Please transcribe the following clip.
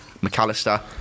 McAllister